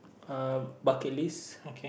uh bucket list